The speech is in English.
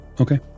Okay